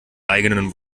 eigenen